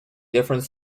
different